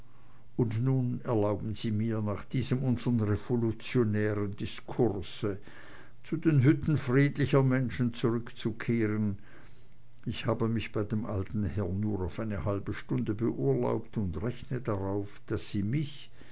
und nun erlauben sie mir nach diesem unserm revolutionären diskurse zu den hütten friedlicher menschen zurückzukehren ich habe mich bei dem alten herrn nur auf eine halbe stunde beurlaubt und rechne darauf daß sie mich